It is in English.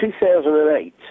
2008